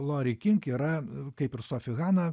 lori kink yra kaip ir sofi hana